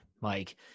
Mike